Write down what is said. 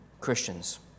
Christians